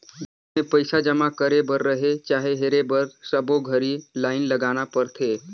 bank मे पइसा जमा करे बर रहें चाहे हेरे बर सबो घरी लाइन लगाना परथे